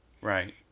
Right